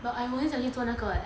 but I always 想去做那个 eh